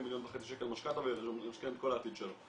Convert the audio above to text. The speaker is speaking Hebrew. מיליון וחצי שקל ולמשכן את כל העתיד שלו,